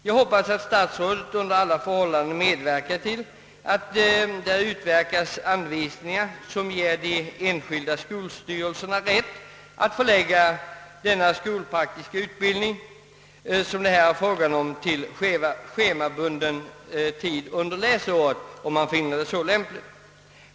Jag hoppas att statsrådet under alla förhållanden medverkar till att det utarbetas anvisningar som ger de enskilda skolstyrelserna rätt att förlägga denna skolpraktiska utbildning till schemabunden tid under läsåret om man finner det lämpligt.